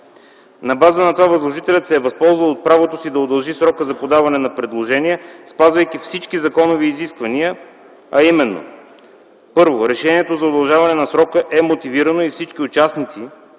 На база на това възложителят се е възползвал от правото си да удължи срока за подаване на предложения, спазвайки всички законови изисквания, а именно: Първо, решението за удължаване на срока е мотивирано и всички участници,